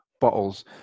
bottles